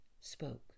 spoke